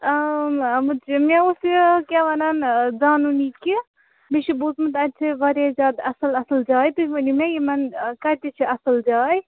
مےٚ اوس یہِ کیٛاہ وَنان زانُن یہِ کہِ مےٚ چھُ بوٗزمُت اَتہِ چھِ واریاہ زیادٕ اَصٕل اَصٕل جاے تُہۍ ؤنِو مےٚ یِمَن کَتہِ چھِ اَصٕل جاے